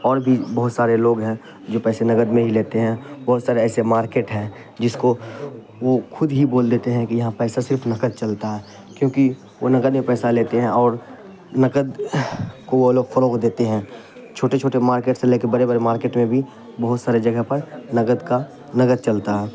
اور بھی بہت سارے لوگ ہیں جو پیسے نقد میں ہی لیتے ہیں بہت سارے ایسے مارکیٹ ہیں جس کو وہ خود ہی بول دیتے ہیں کہ یہاں پیسہ صرف نقد چلتا ہے کیونکہ وہ نقد میں پیسہ لیتے ہیں اور نقد کو وہ لوگ فروغ دیتے ہیں چھوٹے چھوٹے مارکیٹ سے لے کے بڑے بڑے مارکیٹ میں بھی بہت سارے جگہ پر نقد کا نقد چلتا ہے